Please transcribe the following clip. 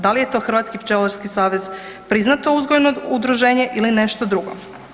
Da li je to Hrvatski pčelarski savez priznato uzgojno udruženje ili nešto drugo?